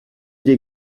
des